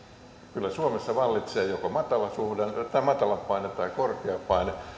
kyllä suomessa vallitsee joko matalapaine tai korkeapaine